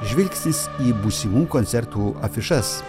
žvilgsnis į būsimų koncertų afišas